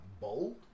Bold